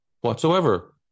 Whatsoever